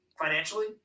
financially